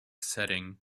setting